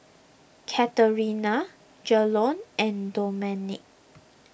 Katerina Dejon and Domenic